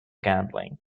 gambling